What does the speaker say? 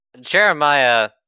Jeremiah